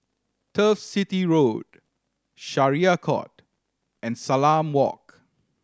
Turf City Road Syariah Court and Salam Walk